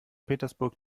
petersburg